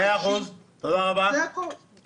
זה הכול.